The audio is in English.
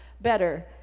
better